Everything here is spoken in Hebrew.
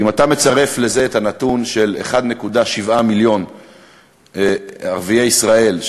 אם אתה מצרף לזה את הנתון של 1.7 מיליון ערביי ישראל,